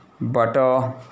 butter